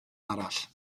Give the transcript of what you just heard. arall